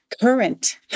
current